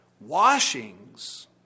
Washings